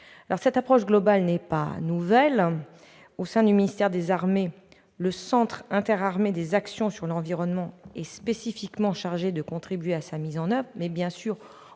cette approche globale, qui n'est pas nouvelle. Au sein du ministère des armées, le Centre interarmées des actions sur l'environnement est spécifiquement chargé de contribuer à sa mise en oeuvre, en